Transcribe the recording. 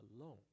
alone